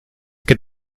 que